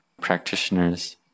practitioners